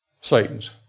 Satan's